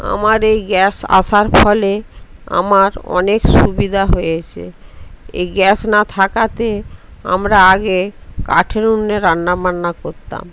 আমার এই গ্যাস আসার ফলে আমার অনেক সুবিধা হয়েছে এই গ্যাস না থাকাতে আমরা আগে কাঠের উনুনে রান্নাবান্না করতাম